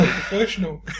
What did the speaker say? professional